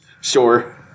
Sure